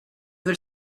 veux